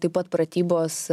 taip pat pratybos